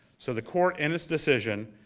so the court, in its decision,